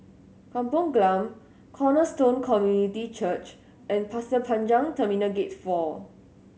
Kampung Glam Cornerstone Community Church and Pasir Panjang Terminal Gate Four